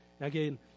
Again